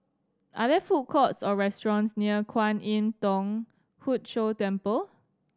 are there food courts or restaurants near Kwan Im Thong Hood Cho Temple